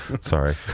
Sorry